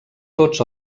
tots